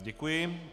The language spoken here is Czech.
Děkuji.